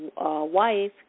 wife